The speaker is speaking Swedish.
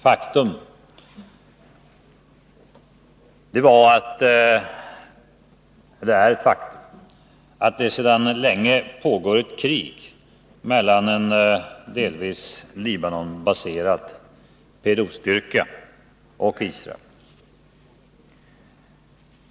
Faktum är att det sedan länge pågår ett krig mellan en delvis Libanonbaserad PLO-styrka och Israel.